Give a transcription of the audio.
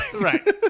Right